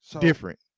Different